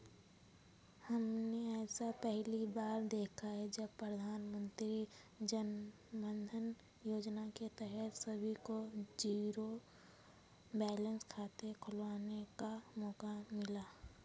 हमने ऐसा पहली बार देखा है जब प्रधानमन्त्री जनधन योजना के तहत सभी को जीरो बैलेंस खाते खुलवाने का मौका मिला